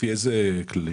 לפי איזה כללים?